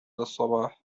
الصباح